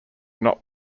not